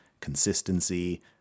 consistency